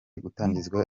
gutangizwa